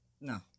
No